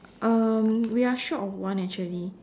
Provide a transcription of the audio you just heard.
um we are short of one actually